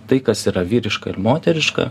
tai kas yra vyriška ir moteriška